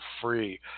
free